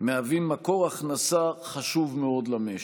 מהווים מקור הכנסה חשוב מאוד למשק.